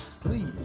Please